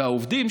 והעובדים,